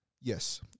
Yes